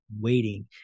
waiting